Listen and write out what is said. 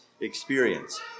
experience